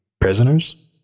Prisoners